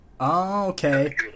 okay